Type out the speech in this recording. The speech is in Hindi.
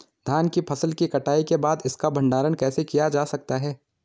धान की फसल की कटाई के बाद इसका भंडारण कैसे किया जा सकता है?